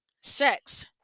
sex